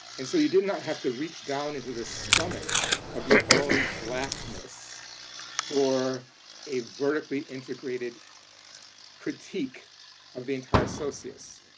and so you did not have to reach down into the stomach of your own blackness for a vertically integrated critique of the entire socius.